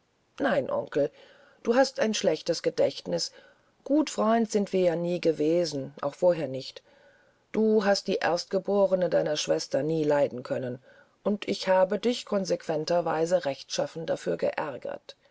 nein onkel du hast ein schlechtes gedächtnis gut freund sind wir ja nie gewesen auch vorher nicht du hast die erstgeborne deiner schwester nie leiden können und ich habe dich konsequenterweise rechtschaffen dafür geärgert